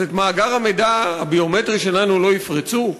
אז את מאגר המידע הביומטרי שלנו לא יפרצו?